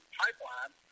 pipeline